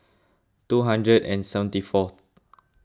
two hundred and seventy fourth